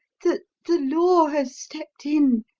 the the law has stepped in.